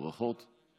ברכות.